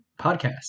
podcast